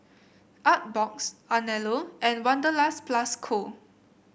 Artbox Anello and Wanderlust Plus Co